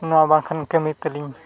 ᱱᱚᱣᱟ ᱵᱟᱝᱠᱷᱟᱱ ᱠᱟᱹᱢᱤ ᱛᱮᱞᱤᱧ